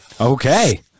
Okay